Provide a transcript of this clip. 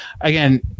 again